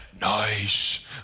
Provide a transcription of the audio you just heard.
nice